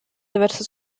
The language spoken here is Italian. diverse